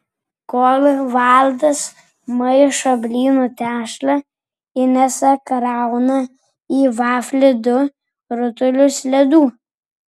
kol valdas maišo blynų tešlą inesa krauna į vaflį du rutulius ledų